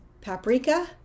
paprika